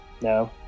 No